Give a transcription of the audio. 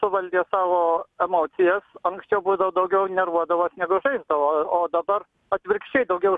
suvaldė savo emocijas anksčiau būdavo daugiau neruodavos negu žaisdavo o dabar atvirkščiai daugiau